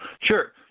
sure